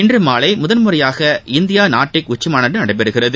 இன்று மாலை முதன்முறையாக இந்தியா நாா்டிக் உச்சிமாநாடு நடைபெறுகிறது